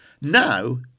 Now